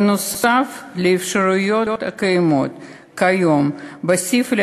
נוסף על האפשרויות הקיימות כיום בסעיף,